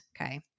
okay